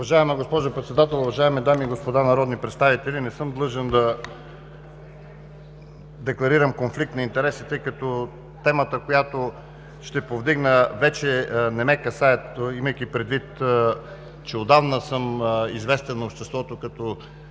Уважаема госпожо Председател, уважаеми дами и господа народни представители! Не съм длъжен да декларирам конфликт на интереси, тъй като темата, която ще повдигна, вече не ме касае, имайки предвид, че отдавна съм известен на обществото като